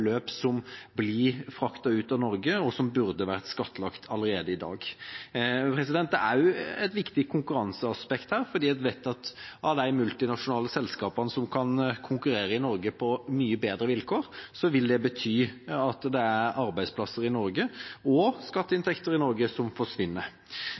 som blir fraktet ut av Norge som burde vært skattlagt. Det er også et viktig konkurranseaspekt her, for vi vet at når de multinasjonale selskapene kan konkurrere i Norge på mye bedre vilkår, vil det bety at det er arbeidsplasser i Norge – og